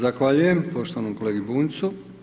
Zahvaljujem poštovanom kolegi Bunjcu.